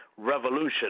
Revolution